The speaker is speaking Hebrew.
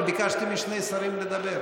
אבל ביקשתי משני שרים לדבר.